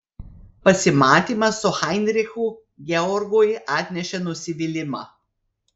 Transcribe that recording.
pasimatymas su heinrichu georgui atnešė nusivylimą